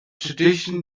tradition